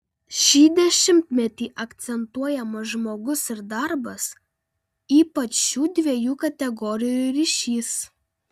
šį dešimtmetį akcentuojamas žmogus ir darbas ypač šių dviejų kategorijų ryšys